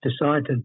decided